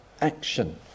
action